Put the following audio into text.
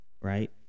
right